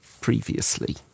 previously